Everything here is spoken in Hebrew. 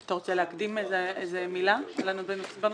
אתה רוצה להקדים איזה מילה בנושא?